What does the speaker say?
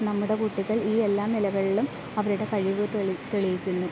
നമ്മുടെ കുട്ടികൾ ഈ എല്ലാ നിലകളിലും അവരുടെ കഴിവ് തെളിയിക്കുന്നു